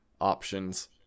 options